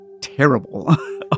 terrible